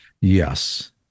Yes